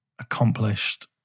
accomplished